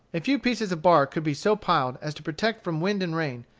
a few pieces of bark could be so piled as to protect from wind and rain,